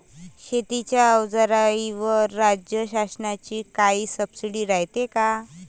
शेतीच्या अवजाराईवर राज्य शासनाची काई सबसीडी रायते का?